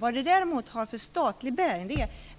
Men